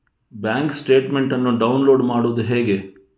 Bank statement ಅನ್ನು download ಮಾಡುವುದು ಹೇಗೆ?